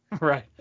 Right